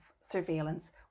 surveillance